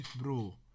bro